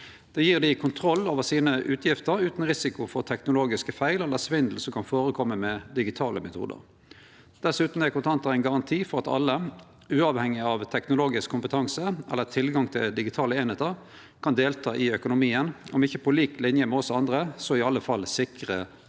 Det gjev dei kontroll over utgiftene sine utan risiko for teknologiske feil eller svindel, som kan førekome med digitale metodar. Dessutan er kontantar ein garanti for at alle, uavhengig av teknologisk kompetanse eller tilgang til digitale einingar, kan delta i økonomien – om det ikkje er på lik linje med oss andre, sikrar det i alle fall deltaking.